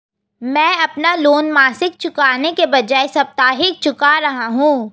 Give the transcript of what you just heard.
मैं अपना लोन मासिक चुकाने के बजाए साप्ताहिक चुका रहा हूँ